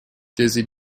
dizzy